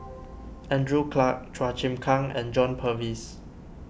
Andrew Clarke Chua Chim Kang and John Purvis